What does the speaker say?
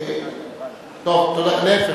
להיפך,